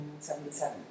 1977